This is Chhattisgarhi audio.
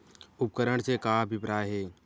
उपकरण से का अभिप्राय हे?